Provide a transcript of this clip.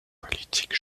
politique